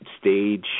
Stage